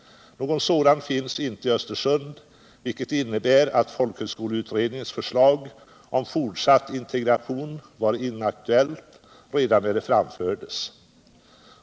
Någon sådan finns inte i Östersund, vilket innebär att folkhögskoleutredningens förslag om fortsatt integration var inaktuellt redan när det framfördes.